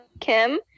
Kim